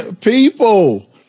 People